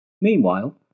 Meanwhile